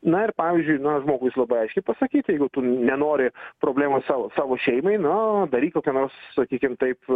na ir pavyzdžiui na žmogus labai aiškiai pasakyt jeigu tu nenori problemų sau savo šeimai nuo daryk kokią nors sakykime taip